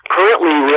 Currently